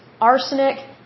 arsenic